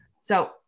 So-